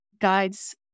guides